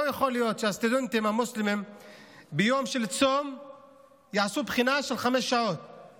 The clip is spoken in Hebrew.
לא יכול להיות שהסטודנטים המוסלמים יעשו בחינה של חמש שעות ביום של צום.